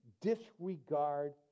disregard